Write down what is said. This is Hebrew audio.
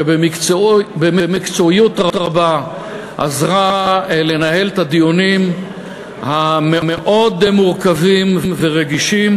שבמקצועיות רבה עזרה לנהל את הדיונים המאוד מורכבים ורגישים,